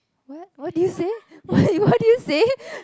what what did you say what did you say